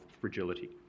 fragility